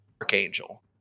archangel